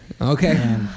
Okay